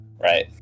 Right